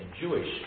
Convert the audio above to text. Jewish